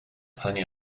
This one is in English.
plenty